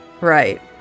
right